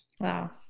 Wow